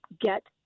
get